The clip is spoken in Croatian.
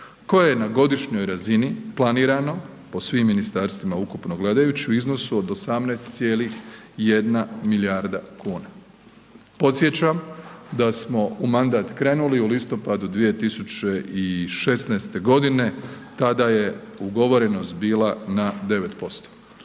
koje je na godišnjoj razini planirano po svim ministarstvima ukupno gledajući u iznosu od 18,1 milijarda kuna. Podsjećam da smo u mandat krenuli u listopadu 2016. godine tada je ugovorenost bila na 9%,